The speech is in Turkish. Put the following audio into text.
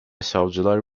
savcılar